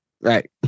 right